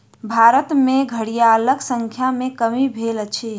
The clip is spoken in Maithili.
भारत में घड़ियालक संख्या में कमी भेल अछि